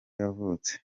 yavutse